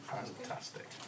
Fantastic